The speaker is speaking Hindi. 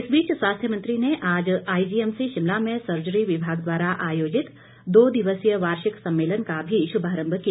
इस बीच स्वास्थ्य मंत्री ने आज आईजीएमसी शिमला में सर्जरी विभाग द्वारा आयोजित दो दिवसीय वार्षिक सम्मेलन का भी शुभारंभ किया